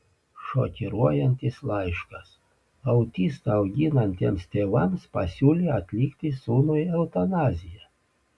šokiruojantis laiškas autistą auginantiems tėvams pasiūlė atlikti sūnui eutanaziją